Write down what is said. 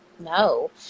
no